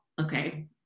okay